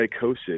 psychosis